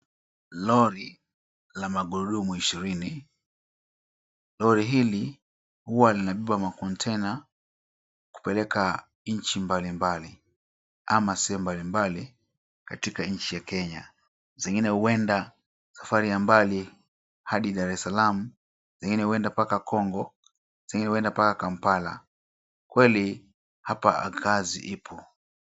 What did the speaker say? Lori la magurudumu ishirini. Lori hili huwa linabeba makontaina kupeleka nchi mbalimbali ama sehemu mbalimbali katika nchi ya Kenya. Zingine huenda sehemu ya mbali hadi Dar es Salaam, zingine huenda mpaka Congo, zingine huenda mpaka Kampala. Kweli hapa kazi ipo.